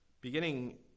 Beginning